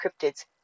cryptids